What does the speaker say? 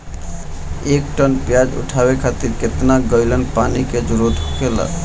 एक टन प्याज उठावे खातिर केतना गैलन पानी के जरूरत होखेला?